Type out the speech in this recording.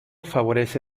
favorece